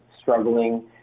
struggling